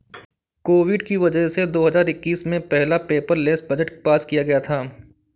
Covid की वजह से दो हजार इक्कीस में पहला पेपरलैस बजट पास किया गया था